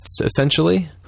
essentially